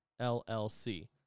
LLC